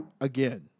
Again